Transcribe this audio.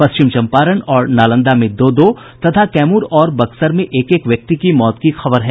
पश्चिम चंपारण और नालंदा में दो दो और कैमूर तथा बक्सर में एक एक व्यक्ति की मौत की खबर है